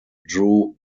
drew